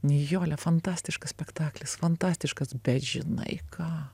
nijole fantastiškas spektaklis fantastiškas bet žinai ką